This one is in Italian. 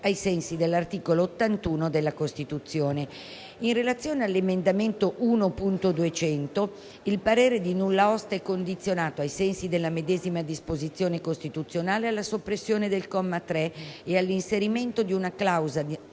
ai sensi dell'articolo 81 della Costituzione. In relazione all'emendamento 1.200, il parere di nulla osta è condizionato, ai sensi della medesima disposizione costituzionale, alla soppressione del comma 3 e all'inserimento di una clausola